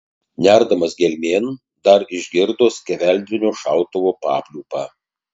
nerdamas gelmėn dar išgirdo skeveldrinio šautuvo papliūpą